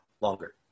longer